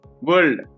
World